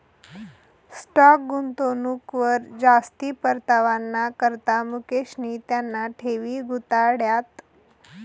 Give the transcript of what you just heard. stock गुंतवणूकवर जास्ती परतावाना करता मुकेशनी त्याना ठेवी गुताड्यात